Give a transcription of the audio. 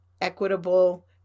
equitable